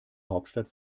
hauptstadt